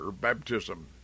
baptism